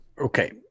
Okay